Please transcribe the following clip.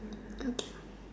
okay